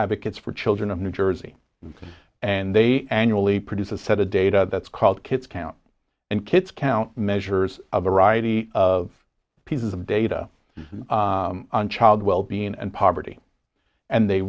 advocates for children of new jersey and they annually produce a set of data that's called kids count and kids count measures a variety of pieces of data on child wellbeing and poverty and they